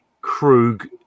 Krug